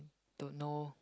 don't know